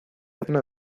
cena